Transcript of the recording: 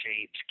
shapes